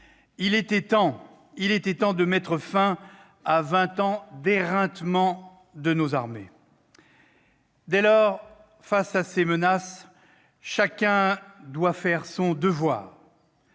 il était temps de mettre fin à vingt ans d'éreintement de nos armées. Face à ces menaces, chacun doit faire son devoir.